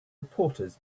reporters